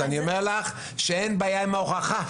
אין בעיה עם ההוכחה.